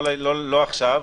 לא עכשיו,